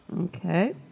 Okay